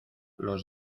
los